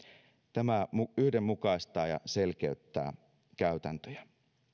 tämä yhdenmukaistaa ja selkeyttää käytäntöjä